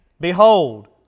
Behold